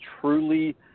truly